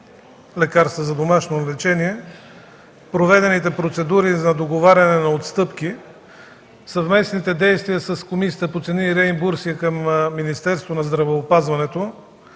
лекарства за домашно лечение, проведените процедури за договаряне на отстъпки, съвместните действия с Комисията по цени и реимбурсиране към Министерството на здравеопазването